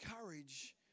courage